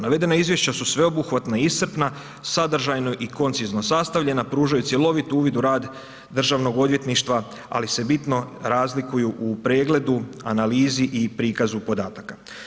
Navedena Izvješća su sveobuhvatna i iscrpna, sadržajno i koncizno sastavljena, pružaju cjelovit uvid u rad državnog odvjetništva, ali se bitno razlikuju u pregledu, analizi i prikazu podataka.